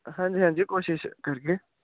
हां जा हां जी कोशिश करगे